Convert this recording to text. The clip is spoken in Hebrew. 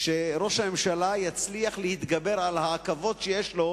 שראש הממשלה יצליח להתגבר על העכבות שלו,